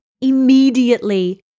immediately